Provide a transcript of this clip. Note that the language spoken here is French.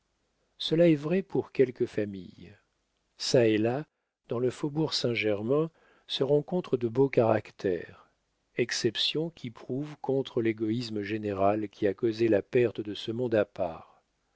cela est vrai pour quelques familles çà et là dans le faubourg saint-germain se rencontrent de beaux caractères exceptions qui prouvent contre l'égoïsme général qui a causé la perte de ce monde à part